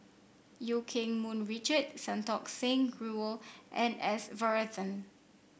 Eu Keng Mun Richard Santokh Singh Grewal and S Varathan